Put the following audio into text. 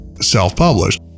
self-published